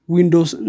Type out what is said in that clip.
Windows